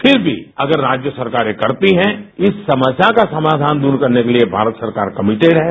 फिर भी अगर राज्य सरकारें करती हैं इस समस्या का समाधान दूर करने के लिए भारत सरकार कमेटिड है